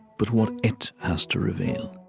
but what it has to reveal.